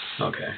Okay